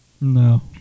No